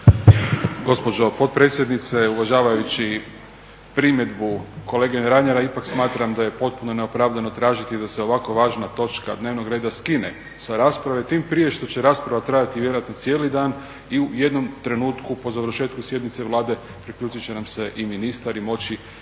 Gospođo potpredsjednice, uvažavajući primjedbu kolege Reinera ipak smatram da je potpuno neopravdano tražiti da se ovako važna točka dnevnog reda skine s rasprave, tim prije što će rasprava trajati vjerojatno cijeli dan i u jednom trenutku po završetku sjednice Vlade priključit će nam se i ministar i moći